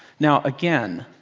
now again,